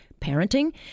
parenting